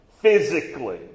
physically